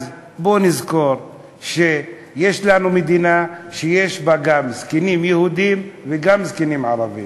אז בואו נזכור שיש לנו מדינה שיש בה גם זקנים יהודים וגם זקנים ערבים,